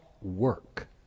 work